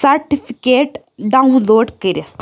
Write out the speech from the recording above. Certificate download کٔرِتھ؟